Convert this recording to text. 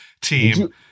team